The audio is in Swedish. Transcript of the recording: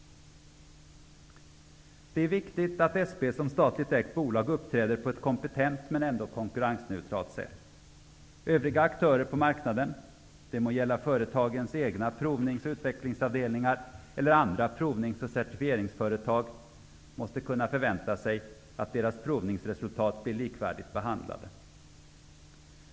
Det är viktigt att SP som statligt ägt bolag uppträder på ett kompetent men ändå konkurrensneutralt sätt. Övriga aktörer på marknaden, det må gälla företagens egna provnings och utvecklingsavdelningar eller andra provnings och certifieringsföretag, måste kunna förvänta sig att deras provningsresultat blir likvärdigt behandlade.